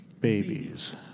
Babies